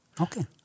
Okay